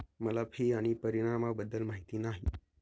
मला फी आणि परिणामाबद्दल माहिती नाही